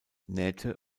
nähte